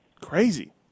Crazy